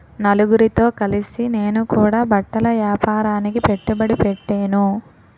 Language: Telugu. నలుగురితో కలిసి నేను కూడా బట్టల ఏపారానికి పెట్టుబడి పెట్టేను